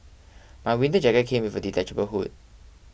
my winter jacket came with a detachable hood